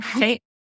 right